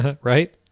Right